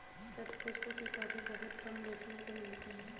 शतपुष्प के पौधे बहुत कम देखने को मिलते हैं